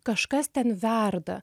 kažkas ten verda